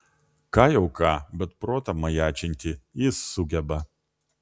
ką jau ką bet protą majačinti jis sugeba